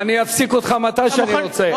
אני אפסיק אותך מתי שאני רוצה.